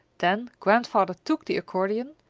then grandfather took the accordeon,